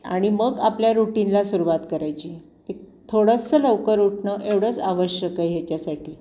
आणि मग आपल्या रुटीनला सुरवात करायची थोडंसं लवकर उठणं एवढंच आवश्यक आहे ह्याच्यासाठी